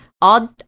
odd